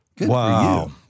Wow